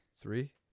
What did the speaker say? Three